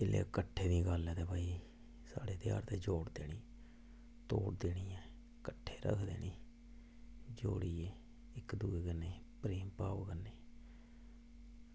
ते कट्ठे दी गल्ल ऐ भाई साढ़े ध्यार जोड़दे न ते ओह् असेंगी किट्ठे रक्खदे नी ते जोड़ी इक्क दूऐ कन्नै प्रेम भाव कन्नै